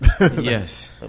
Yes